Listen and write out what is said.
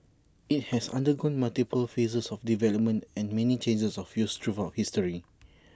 IT has undergone multiple phases of development and many changes of use throughout history